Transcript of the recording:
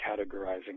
categorizing